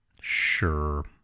Sure